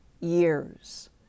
years